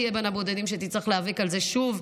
שאתה תהיה בין הבודדים שיצטרכו להיאבק על זה שוב.